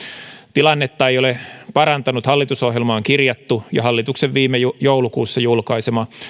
tilannetta ei ole parantanut hallitusohjelmaan kirjattu ja hallituksen viime joulukuussa julkaisema